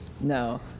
No